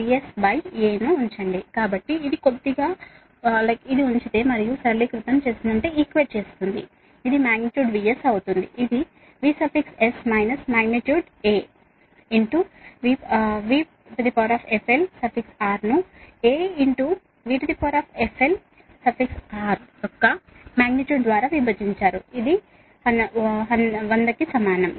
కాబట్టి ఇది కొద్దిగా ఉంచండి మరియు సమానం ఇది మాగ్నిట్యూడ్ VS అవుతుంది ఇది VS minus magnitude A VRFL ను A VRFL యొక్క మాగ్నిట్యూడ్ ద్వారా విభజించారు ఇది 100 కు సమానం